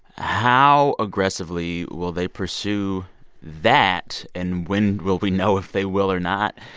how aggressively will they pursue that? and when will we know if they will or not?